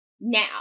Now